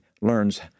learns